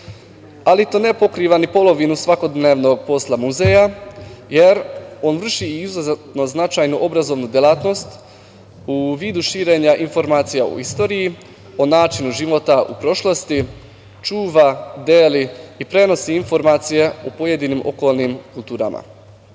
ali to ne pokriva ni polovinu svakodnevnog posla muzeja, jer on vrši izuzetno značajnu obrazovnu delatnost u vidu širenja informacija o istoriji, o načinu života u prošlosti, čuva, deli i prenosi informacije o pojedinim okolnim kulturama.